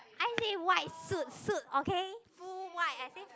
I say white suit suit okay full white I think